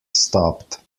stopped